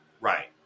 Right